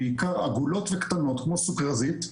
בעיקר עגולות וקטנות כמו סוכרזית,